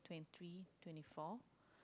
twenty three twenty four